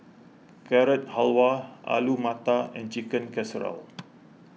Carrot Halwa Alu Matar and Chicken Casserole